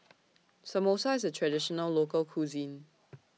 Samosa IS A Traditional Local Cuisine